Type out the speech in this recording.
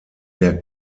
der